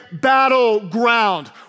battleground